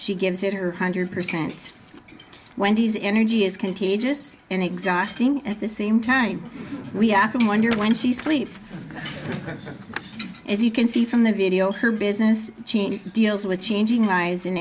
she gives it her hundred percent wendy's energy is contagious and exhausting at the same time we have to wonder when she sleeps as you can see from the video her business deals with changing eyes